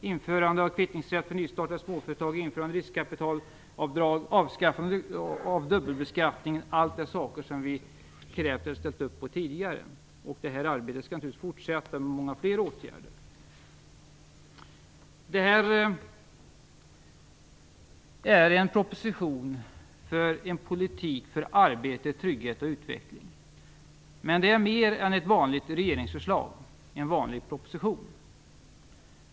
Införande av kvittningsrätt för nystartade småföretag, införande av riskkapitalavdrag och avskaffande av dubbelbeskattningen är saker som vi krävt eller ställt upp på tidigare. Det här arbetet skall naturligtvis fortsätta med många fler åtgärder. Detta är en propositionen för en politik för arbete, trygghet och utveckling. Men det är mer än ett vanligt regeringsförslag, en vanlig proposition.